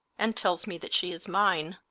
and tells me that she is mine.